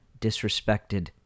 disrespected